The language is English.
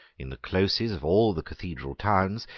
in the closes of all the cathedral towns,